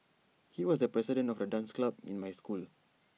he was the president of the dance club in my school